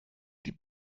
die